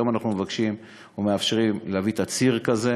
היום אנחנו מאפשרים להביא תצהיר כזה,